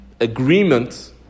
agreement